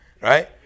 Right